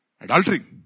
adultery